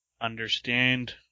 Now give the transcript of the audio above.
understand